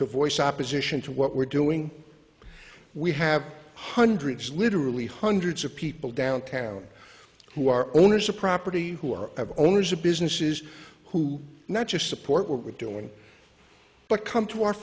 to voice opposition to what we're doing we have hundreds literally hundreds of people downtown who are owners of property who are have owners of businesses who not just support what we're doing but come to our